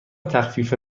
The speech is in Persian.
تخفیف